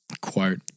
quote